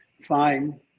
fine